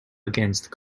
against